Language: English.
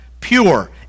pure